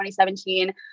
2017